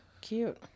Cute